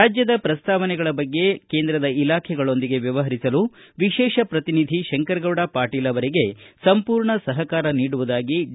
ರಾಜ್ಯದ ಪ್ರಸ್ತಾವನೆಗಳ ಬಗ್ಗೆ ಕೇಂದ್ರದ ಇಲಾಖೆಗಳೊಂದಿಗೆ ವ್ಯವಹರಿಸಲು ವಿಶೇಷ ಪ್ರತಿನಿಧಿ ಶಂಕರಗೌಡ ಪಾಟೀಲ್ ಅವರಿಗೆ ಸಂಪೂರ್ಣ ಸಹಕಾರ ನೀಡುವುದಾಗಿ ಡಿ